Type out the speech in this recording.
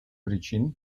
причин